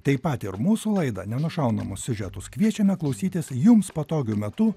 taip pat ir mūsų laidą nenušaunamus siužetus kviečiame klausytis jums patogiu metu